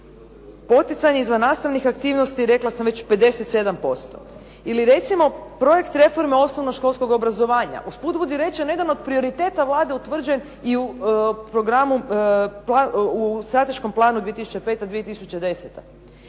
poticanje izvannastavnih aktivnosti rekla sam već 57% ili recimo projekt reforme osnovnoškolskog obrazovanja. Usput budi rečeno jedan od prioriteta Vlade utvrđen i u strateškom planu 2005./2010.